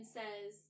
says